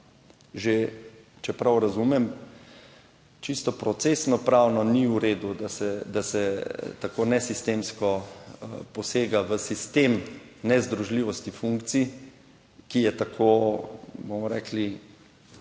že, če prav razumem, čisto procesno, pravno ni v redu, da se tako nesistemsko posega v sistem nezdružljivosti funkcij, ki je tako bomo rekli,